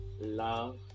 love